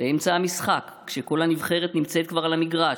באמצע המשחק, כשכל הנבחרת נמצאת כבר על המגרש,